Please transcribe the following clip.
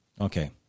Okay